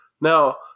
Now